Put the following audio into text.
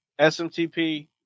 SMTP